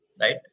right